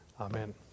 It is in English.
amen